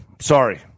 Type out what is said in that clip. Sorry